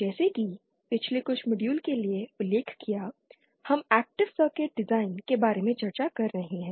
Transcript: जैसा कि पिछले कुछ मॉड्यूल के लिए उल्लेख किया हम एक्टिव सर्किट डिज़ाइन के बारे में चर्चा कर रहे हैं